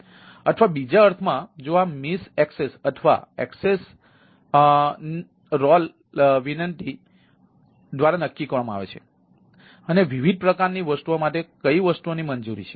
અથવા બીજા અર્થમાં જો આ મિસ એક્સેસ અથવા એક્સેસ ભૂમિકા વિનંતી ભૂમિકા દ્વારા નક્કી કરવામાં આવે છે અને વિવિધ પ્રકારની વસ્તુઓ માટે કઈ વસ્તુઓની મંજૂરી છે